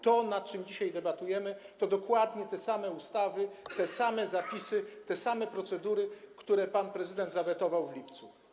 To, nad czym dzisiaj debatujemy, to dokładnie te same ustawy, te same zapisy, te same procedury, które pan prezydent zawetował w lipcu.